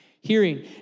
hearing